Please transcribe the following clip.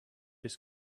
his